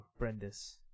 Brendis